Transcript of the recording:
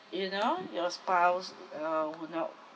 you know your spouse uh would not